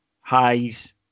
highs